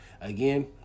Again